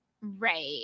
Right